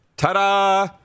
Ta-da